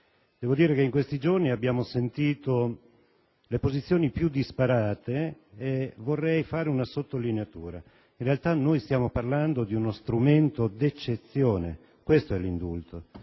Devo dire che in questi giorni abbiamo ascoltato le posizioni più disparate e vorrei operare una sottolineatura. In realtà stiamo parlando di uno strumento d'eccezione: questo è l'indulto.